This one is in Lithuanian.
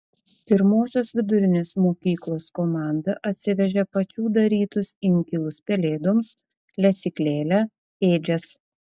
pirmosios vidurinės mokyklos komanda atsivežė pačių darytus inkilus pelėdoms lesyklėlę ėdžias